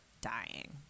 dying